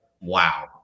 Wow